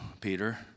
Peter